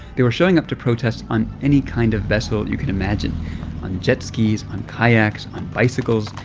they were showing up to protest on any kind of vessel you could imagine on jet skis, on kayaks, on bicycles.